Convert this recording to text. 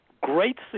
Great